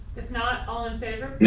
if not all in favor,